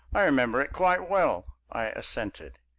i remember it quite well, i assented.